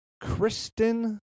Kristen